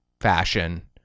fashion